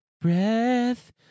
Breath